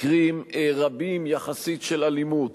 מקרים רבים יחסית של אלימות